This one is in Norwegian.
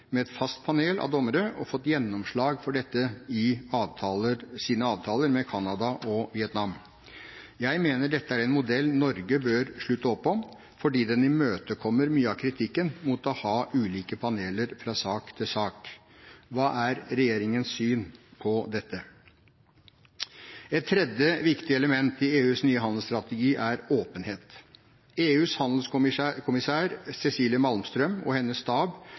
med et fast panel av dommere, og fått gjennomslag for dette i sine avtaler med Canada og Vietnam. Jeg mener dette er en modell Norge bør slutte opp om, fordi den imøtekommer mye av kritikken mot å ha ulike paneler fra sak til sak. Hva er regjeringens syn på dette? Et tredje viktig element i EUs nye handelsstrategi er åpenhet. EUs handelskommissær Cecilia Malmström og hennes stab